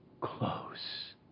Close